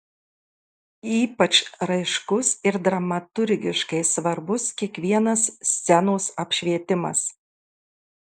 ypač raiškus ir dramaturgiškai svarbus kiekvienas scenos apšvietimas